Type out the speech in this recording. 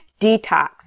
detox